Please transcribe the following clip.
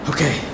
Okay